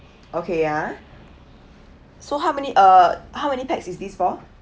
okay ah so how many uh how many pax is this for